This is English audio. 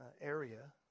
area